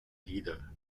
leader